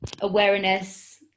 awareness